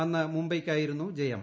അന്ന് മുംബൈയ്ക്കായിരുന്നു ജയം